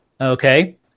Okay